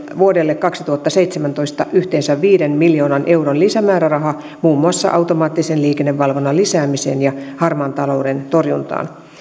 vuodelle kaksituhattaseitsemäntoista yhteensä viiden miljoonan euron lisämääräraha muun muassa automaattisen liikennevalvonnan lisäämiseen ja harmaan talouden torjuntaan